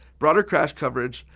broader crash coverage,